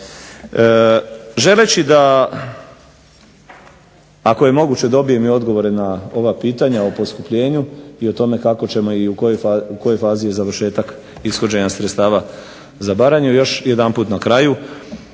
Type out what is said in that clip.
Želeći da ako je moguće dobijem i odgovore na ova pitanja o poskupljenju i o tome kako ćemo i u kojoj fazi je završetak ishođenja sredstava za Baranju. Još jedanput na kraju